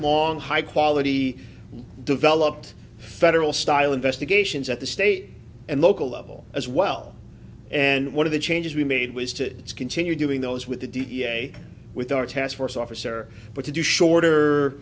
long high quality developed federal style investigations at the state and local level as well and one of the changes we made was to continue doing those with the d n a with our task force officer but to do shorter